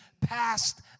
past